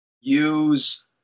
use